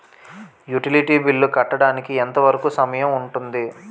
Utility bill కట్టడానికి ఎంత వరుకు సమయం ఉంటుంది?